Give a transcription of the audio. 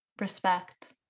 Respect